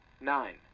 nine